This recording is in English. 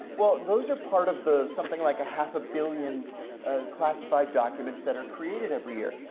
well, those are part of the something like a half a billion classified documents that are created every year.